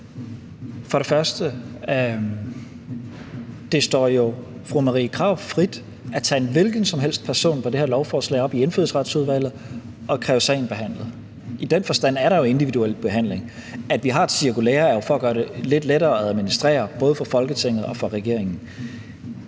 For det første står det jo fru Marie Krarup frit at tage en hvilken som helst person på det her lovforslag op i Indfødsretsudvalget og kræve sagen behandlet. I den forstand er der jo en individuel behandling. At vi har et cirkulære, er jo for at gøre det lidt lettere at administrere både for Folketinget og for regeringen.